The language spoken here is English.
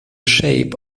shape